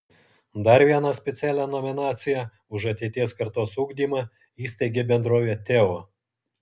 dar vieną specialią nominaciją už ateities kartos ugdymą įsteigė bendrovė teo